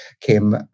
came